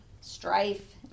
strife